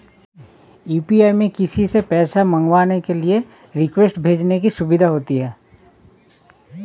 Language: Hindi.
यू.पी.आई में किसी से पैसा मंगवाने के लिए रिक्वेस्ट भेजने की सुविधा होती है